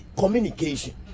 communication